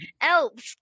Elves